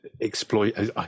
exploit